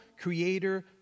creator